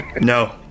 No